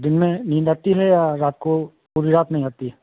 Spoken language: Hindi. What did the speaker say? दिन में नींद आती है या रात को पूरी रात नहीं आती है